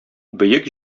бөек